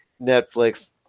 Netflix